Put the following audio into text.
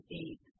eight